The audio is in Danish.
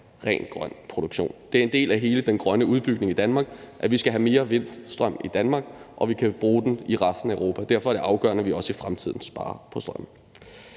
ren grøn produktion. Det er en del af hele den grønne udbygning i Danmark, at vi skal have mere vindstrøm i Danmark, og at man kan bruge den i resten af Europa. Derfor er det afgørende, at vi også i fremtiden sparer på strømmen.